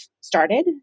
started